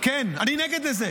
כן, אני נגד זה.